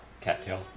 Cattail